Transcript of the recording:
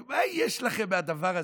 מה יש לכם מהדבר הזה?